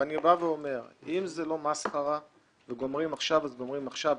אני אומר: אם זו לא מסחרה וגומרים עכשיו אז גומרים עכשיו.